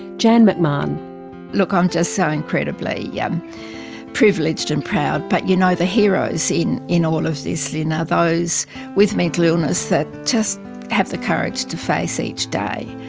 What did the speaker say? janne mcmahon look, i'm just so incredibly yeah privileged and proud, but you know the heroes in in all of this are and those with mental illness that just have the courage to face each day,